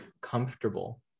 comfortable